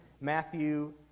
Matthew